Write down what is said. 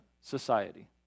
society